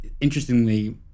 interestingly